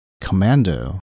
Commando